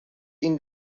این